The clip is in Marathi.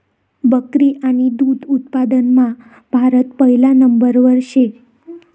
बकरी आणि दुध उत्पादनमा भारत पहिला नंबरवर शे